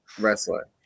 wrestler